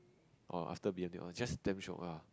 or after B_M_T it was just damn shiok ah